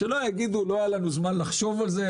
שלא יגידו לא היה לנו זמן לחשוב על זה,